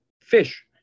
fish